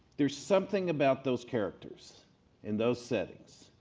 there's something about those characters in those settings